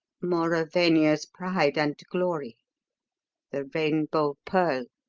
mauravania's pride and glory the rainbow pearl